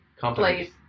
companies